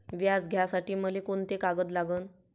व्याज घ्यासाठी मले कोंते कागद लागन?